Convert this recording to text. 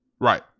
Right